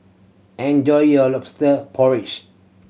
enjoy your Lobster Porridge